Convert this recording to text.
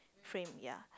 frame ya